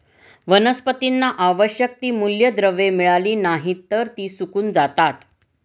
वनस्पतींना आवश्यक ती मूलद्रव्ये मिळाली नाहीत, तर ती सुकून जातात